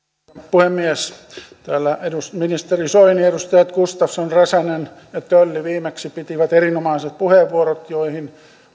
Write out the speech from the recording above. täällä ministeri soini ja edustajat gustafsson räsänen ja tölli viimeksi pitivät erinomaiset puheenvuorot joihin